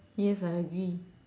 yes I agree